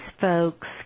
folks